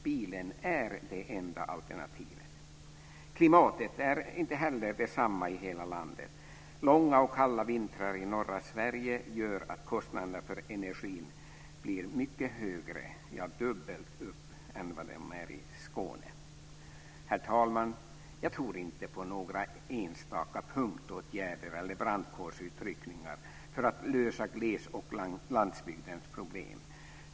Bilen är det enda alternativet. Klimatet är inte heller detsamma i hela landet. Långa och kalla vintrar i norra Sverige gör att kostnaderna för energi blir mycket högre, ja, dubbelt upp mot vad de är i Skåne. Herr talman! Jag tror inte på några enstaka punktåtgärder eller brandkårsutryckningar för att lösa glesoch landsbygdens problem.